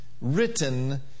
written